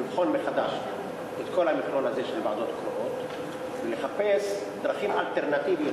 לבחון מחדש את כל המכלול הזה של ועדות קרואות ולחפש דרכים אלטרנטיביות?